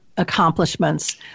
Accomplishments